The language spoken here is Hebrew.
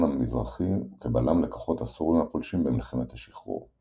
המזרחי וכבלם לכוחות הסורים הפולשים במלחמת השחרור.